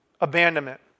Abandonment